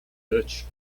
dutch